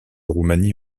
roumanie